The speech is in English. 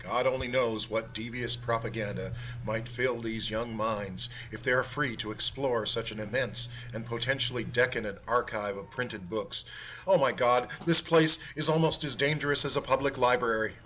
god only knows what devious propaganda might feel these young minds if they're free to explore such an immense and potentially decadent archive of printed books oh my god this place is almost as dangerous as a public library